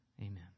Amen